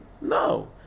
No